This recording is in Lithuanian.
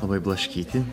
labai blaškyti